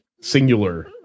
singular